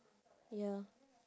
ya